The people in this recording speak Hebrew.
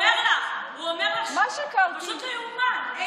הוא אומר לך, זה פשוט לא ייאמן.